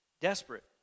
desperate